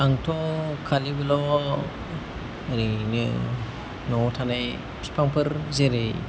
आंथ' खालिबोल' ओरैनो न'आव थानाय बिफांफोर जेरै